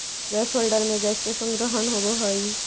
gas holder में gas के संग्रहण होवऽ हई